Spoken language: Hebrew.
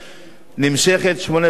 נמשכת 18 שנה,